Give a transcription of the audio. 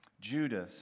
Judas